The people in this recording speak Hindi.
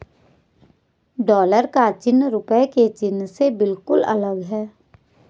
डॉलर का चिन्ह रूपए के चिन्ह से बिल्कुल अलग है